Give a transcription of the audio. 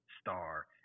star